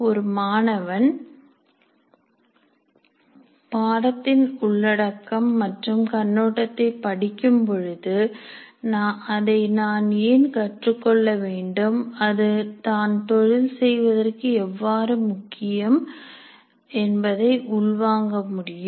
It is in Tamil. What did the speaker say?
ஒரு மாணவன் பாடத்தின் உள்ளடக்கம் மற்றும் கண்ணோட்டத்தை படிக்கும் பொழுது அதை நான் ஏன் கற்றுக் கொள்ள வேண்டும் அது தான் தொழில் செய்வதற்கு எவ்வளவு முக்கியம் என்பதை உள்வாங்க முடியும்